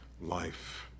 life